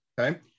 Okay